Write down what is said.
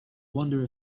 wonder